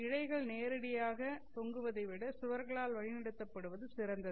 இழைகள் நேரடியாக தொங்குவதை விட சுவர்களால் வழிநடத்தப் படுவது சிறந்தது